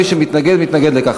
מי שמתנגד, מתנגד לכך.